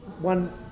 one